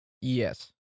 Yes